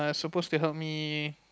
suppose to help me